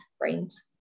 brains